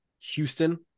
houston